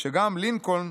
שגם לינקולן